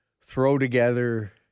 throw-together